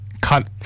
Cut